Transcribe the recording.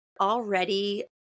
already